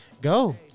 Go